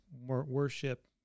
worship